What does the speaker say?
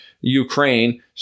Ukraine